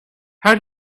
how